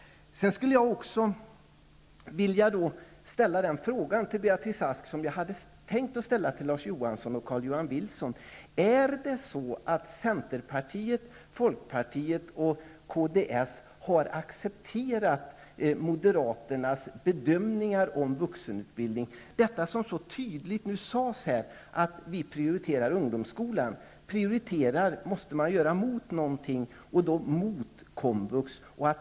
Sedan skulle jag också vilja ställa den fråga till Beatrice Ask som jag hade tänkt ställa till Larz Johansson och Carl-Johan Wilson: Har centern, folkpartiet och kds accepterat moderaternas bedömningar av vuxenutbildning? Det sades tydligt att ''vi prioriterar ungdomsskolan''. Prioritera måste man göra mot någonting, dvs. mot komvux.